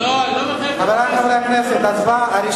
לא, אני לא מחייב, חברי חברי הכנסת, הצבעה.